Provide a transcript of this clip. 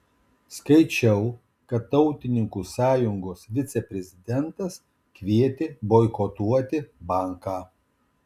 skaičiau kad tautininkų sąjungos viceprezidentas kvietė boikotuoti banką